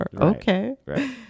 Okay